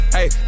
Hey